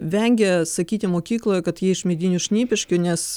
vengia sakyti mokykloje kad jie iš medinių šnipiškių nes